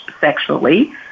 sexually